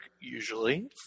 usually